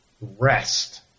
rest